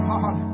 God